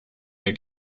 der